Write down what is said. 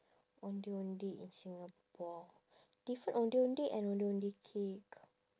ondeh ondeh in singapore different ondeh ondeh and ondeh ondeh cake